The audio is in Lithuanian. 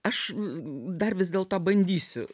aš dar vis dėlto bandysiu